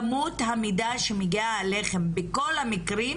כמות המידע שמגיעה אליכם בכל המקרים,